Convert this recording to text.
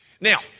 Now